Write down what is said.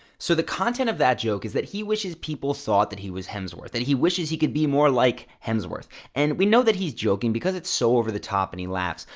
so the content of that joke is that he wishes people thought that he was hemsworth that he wishes he could be more like hemsworth, and we know that he's joking because it's so over the top and he laughs,